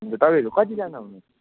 हुन्छ तपाईँहरू कतिजना आउनुहुन्छ